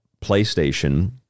PlayStation